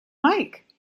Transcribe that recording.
mike